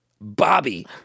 Bobby